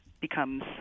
becomes